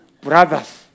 brothers